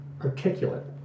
articulate